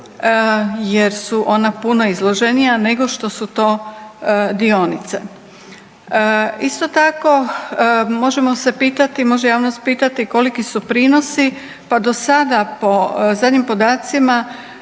jer su ona puno izloženija nego što su to dionice. Isto tako možemo se pitati, može javnost pitati koliki su prinosi? Pa do sada po zadnjim podacima